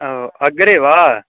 ओ अग्रे वा